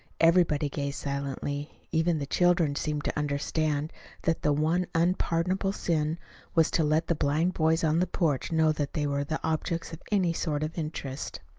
everybody gazed silently. even the children seemed to understand that the one unpardonable sin was to let the blind boys on the porch know that they were the objects of any sort of interest.